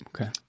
Okay